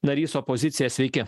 narys opozicija sveiki